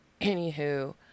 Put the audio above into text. Anywho